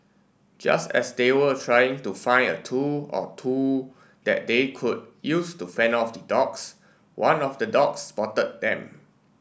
just as they were trying to find a tool or two that they could use to fend off the dogs one of the dogs spotted them